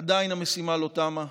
עדיין המשימה לא תמה,